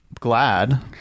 Glad